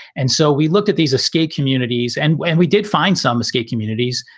and so we looked at these escape communities. and when we did find some escape communities,